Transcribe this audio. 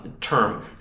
term